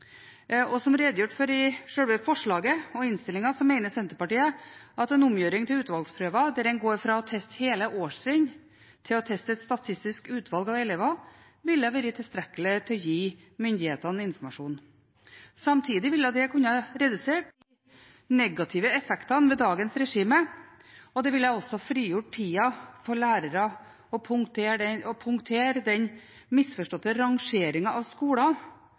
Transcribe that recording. Som redegjort for i sjølve forslaget og innstillingen mener Senterpartiet at en omgjøring til utvalgsprøver der en går fra å teste hele årstrinn til å teste et statistisk utvalg av elever, ville være tilstrekkelig til å gi myndighetene informasjon. Samtidig ville det kunne redusere negative effekter ved dagens regime, og det ville også frigjort tida for lærere og punktere den misforståtte rangeringen av skoler som følger av